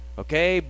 okay